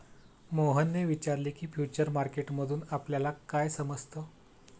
मोहनने विचारले की, फ्युचर मार्केट मधून आपल्याला काय समजतं?